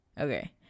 Okay